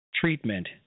treatment